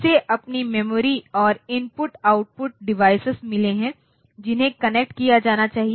इसे अपनी मेमोरी और इनपुट आउटपुट डिवाइस मिले हैं जिन्हें कनेक्ट किया जाना चाहिए